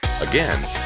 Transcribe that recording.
Again